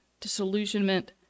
disillusionment